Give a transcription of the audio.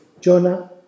Jonah